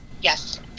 Yes